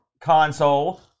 console